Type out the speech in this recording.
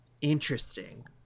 Interesting